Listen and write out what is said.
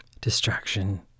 Distraction